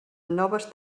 noves